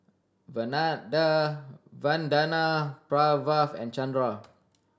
Vandana Pranav and Chanda